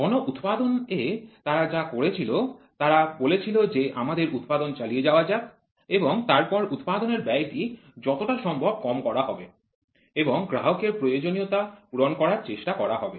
গণ উৎপাদন এ তারা যা করেছিল তারা বলেছিল যে আমাদের উৎপাদন চালিয়ে যাওয়া যাক এবং তারপর উৎপাদনের ব্যয়টি যতটা সম্ভব কম করা হবে এবং গ্রাহকের প্রয়োজনীয়তা পূরণ করার চেষ্টা করা হবে